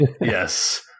Yes